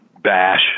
bash